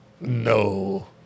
No